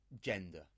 gender